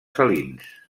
salins